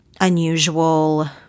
unusual